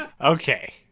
Okay